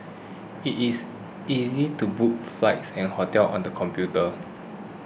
it is easy to book flights and hotels on the computer